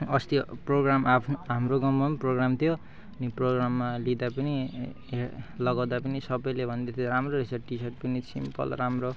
अस्ति प्रोग्राम आफ्नो हाम्रो गाउँमा पनि प्रोग्राम थियो अनि प्रोग्राममा लिँदा पनि लगाउँदा पनि सबैले भन्दैथियो राम्रो रहेछ टिसर्ट पनि सिम्पल राम्रो